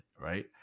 right